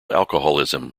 alcoholism